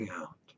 out